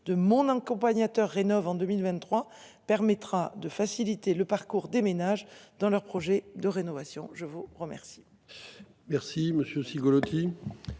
de mon accompagnateur rénove en 2023 permettra de faciliter le parcours des ménages dans leur projet de rénovation. Je vous remercie.